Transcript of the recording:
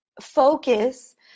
focus